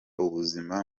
ubuzima